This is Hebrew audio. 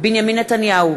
בנימין נתניהו,